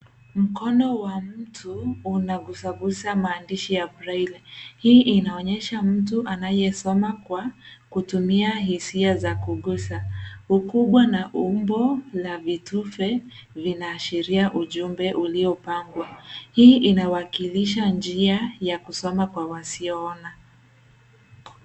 Mkono wa mtu unagusagusa maandishi ya breli. Hii inaonyesha mtu anayesoma kwa kutumia hisia za kugusa. Ukubwa na umbo la vitufe vinaashiria ujumbe uliopangwa. Hii inawakilisha njia ya kusoma kwa wasioona.